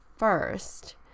first